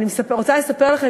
אני רוצה לספר לכם,